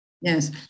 Yes